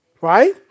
Right